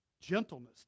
gentleness